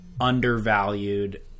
undervalued